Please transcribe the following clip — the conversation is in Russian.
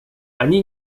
они